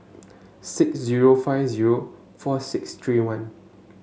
six zero five zero four six three one